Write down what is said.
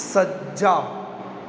ਸੱਜਾ